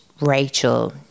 Rachel